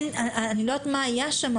אני לא יודעת מה היה שם,